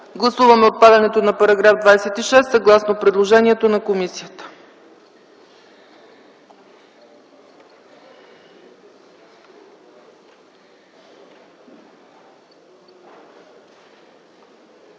гласуваме отпадането на § 26, съгласно предложението на комисията.